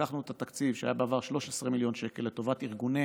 לקחנו את התקציב שהיה בעבר 13 מיליון שקל לטובת ארגוני